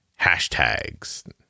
hashtags